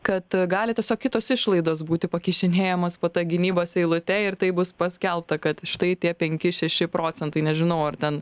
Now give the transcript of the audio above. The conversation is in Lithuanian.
kad gali tiesiog kitos išlaidos būti pakišinėjamos po ta gynybos eilute ir tai bus paskelbta kad štai tie penki šeši procentai nežinau ar ten